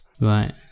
right